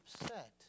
upset